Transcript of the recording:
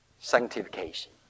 sanctification